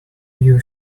you